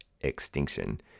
extinction